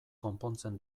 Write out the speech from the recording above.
konpontzen